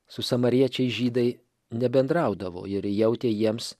su samariečiais žydai nebendraudavo ir jautė jiems